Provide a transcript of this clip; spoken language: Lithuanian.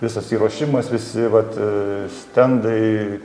visas įruošimas visi vat stendai